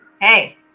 Hey